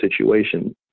situation